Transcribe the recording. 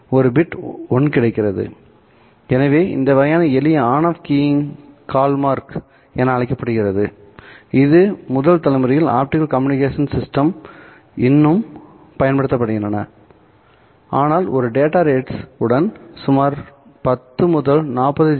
ஒரு பிட் 1 கிடைக்கிறது எனவே இந்த வகையான எளிய ON OFF keying hallmark என அழைக்கப்படுகிறது அது முதல் தலைமுறையில் ஆப்டிகல் கம்யூனிகேஷன் சிஸ்டம் இன்னும் பயன்படுத்தப்படுகின்றன ஆனால் ஒரு டேட்டா ரேட்ஸ் உடன் சுமார் 10 முதல் 40 ஜி